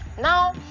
now